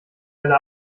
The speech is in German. alle